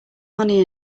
honey